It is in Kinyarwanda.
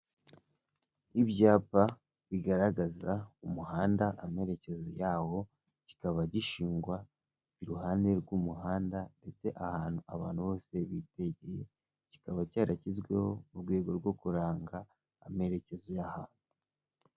Ibyapa bigaragaza umuhanda amerekezo yawo kikaba gishingwa iruhande rw'umuhanda ndetse ahantu abantu bose bibyegeye. Kikaba cyarashyizweho mu rwego rwo kuranga amerekezo y'ahantu.